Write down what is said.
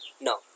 No